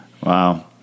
wow